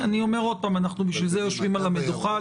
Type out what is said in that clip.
אני אומר עוד פעם: אנחנו בשביל זה יושבים על המדוכה.